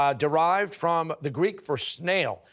um derived from the greek for snail,